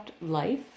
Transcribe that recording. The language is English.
life